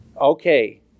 Okay